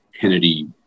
Kennedy